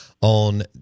on